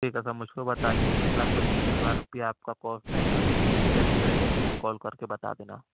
ٹھیک ہے سر مجھ کو بتائیے ایک لاکھ پچیس ہزار روپیہ آپ کا کاسٹ جائے گا جیسے ہی بنے گا مجھ کو کال کر کے بتا دینا